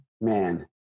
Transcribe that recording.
Man